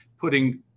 putting